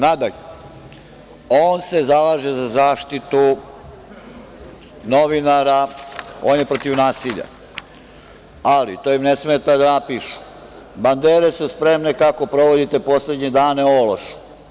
Nadalje, on se zalaže za zaštitu novinara, on je protiv nasilja, ali to im ne smeta da napišu – bandere su spremne, kako provodite poslednje dane ološi.